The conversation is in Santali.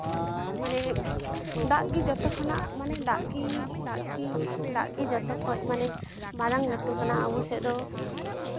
ᱢᱟᱱᱮ ᱫᱟᱜ ᱜᱮ ᱡᱚᱛᱚ ᱠᱷᱚᱱᱟᱜ ᱢᱟᱱᱮ ᱫᱟᱜ ᱜᱮ ᱫᱟᱜ ᱜᱮ ᱡᱚᱛᱚ ᱠᱷᱚᱱ ᱢᱟᱱᱮ ᱢᱟᱨᱟᱝ ᱞᱟᱹᱴᱩ ᱠᱟᱱᱟ ᱟᱵᱚ ᱥᱮᱫ ᱫᱚ